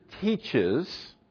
teaches